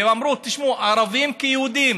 והם אמרו, ערבים כיהודים